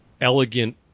elegant